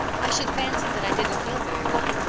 i should fancy that i didn't feel very well,